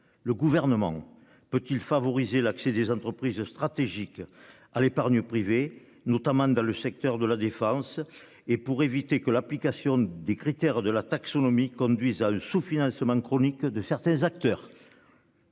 le gouvernement peut-il favoriser l'accès des entreprises stratégiques à l'épargne privée, notamment dans le secteur de la défense et pour éviter que l'application des critères de la taxonomie conduisent à un sous-financement chronique de certains acteurs.